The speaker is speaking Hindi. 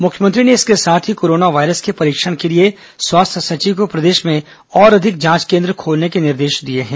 मुख्यमंत्री ने इसके साथ ही कोरोना वायरस के परीक्षण के लिए स्वास्थ्य सचिव को प्रदेश में और अधिक जांच केन्द्र खोलने के निर्देश दिए हैं